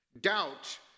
Doubt